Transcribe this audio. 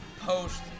post